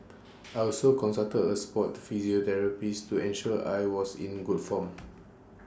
I also consulted A Sport physiotherapist to ensure I was in good form